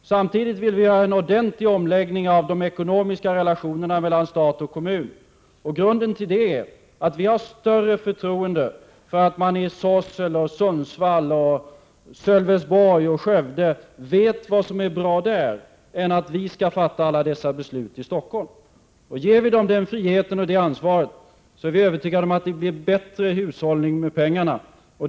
Samtidigt vill vi göra en ordentlig omläggning av de ekonomiska relationerna mellan stat och kommun. Grunden till det är att vi har större förtroende för att man i Sorsele, Sundsvall, Sölvesborg och Skövde vet vad som är bra där än att vi i Stockholm vet bättre och skall fatta alla dessa beslut. Ger vi den friheten och det ansvaret är vi övertygade om att det blir bättre hushållning med pengarna.